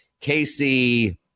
Casey